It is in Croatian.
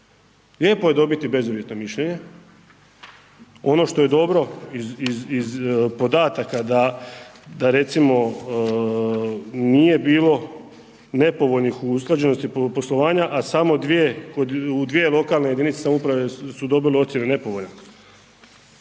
lijepo je dobiti bezuvjetno mišljenje, ono što je dobro iz podataka da recimo nije bilo nepovoljnih usklađenosti poslovanja a samo dvije, kod, u dvije lokalne jedinice samouprave su dobile ocjenu nepovoljan.